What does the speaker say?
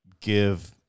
give